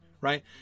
right